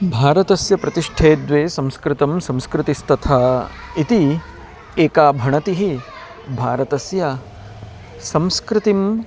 भारतस्य प्रतिष्ठे द्वे संस्कृतं संस्कृतिस्तथा इति एका भणतिः भारतस्य संस्कृतिं